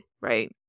right